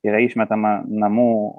yra išmetama namų